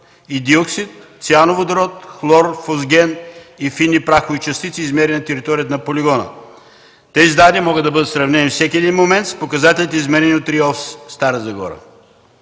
и диоксид, циановодород, хлор, фосген и фини прахови частици, измерени на територията на полигона. Тези данни могат да бъдат сравнени всеки един момент с показателите, измерени от Районната